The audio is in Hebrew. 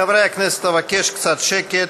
חברי הכנסת, אבקש קצת שקט.